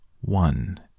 one